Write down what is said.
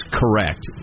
correct